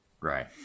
Right